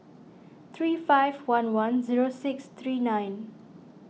three five one one zero six three nine